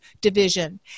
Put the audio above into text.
Division